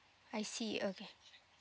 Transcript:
I see okay